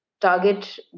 target